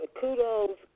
kudos